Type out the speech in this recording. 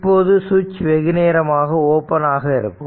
இப்போது சுவிட்ச் வெகுநேரமாக ஓபன் ஆக இருக்கும்